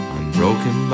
Unbroken